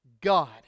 God